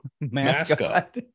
mascot